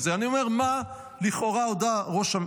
אני אומר במה לכאורה הודה ראש הממשלה,